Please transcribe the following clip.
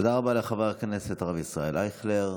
תודה רבה לחבר הכנסת הרב ישראל אייכלר.